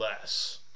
less